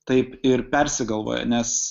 taip ir persigalvojo nes